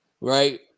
right